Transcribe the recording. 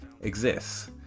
exists